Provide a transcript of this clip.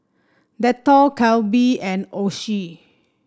Dettol Calbee and Oishi